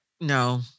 no